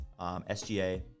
SGA